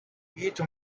eat